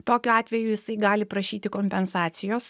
tokiu atveju jisai gali prašyti kompensacijos